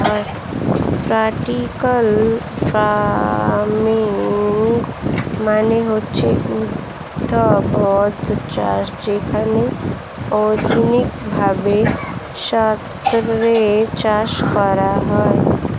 vertical farming মানে হচ্ছে ঊর্ধ্বাধ চাষ যেখানে আধুনিক ভাবে স্তরে চাষ করা হয়